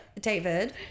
David